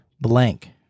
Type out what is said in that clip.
blank